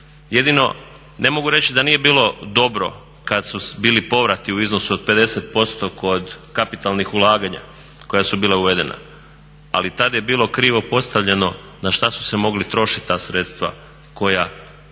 Jedino ne mogu reći da nije bilo dobro kad su bili povrati u iznosu od 50% kod kapitalnih ulaganja koja su bila uvedena, ali tad je bilo krivo postavljeno na šta su se mogla trošit ta sredstva koja su se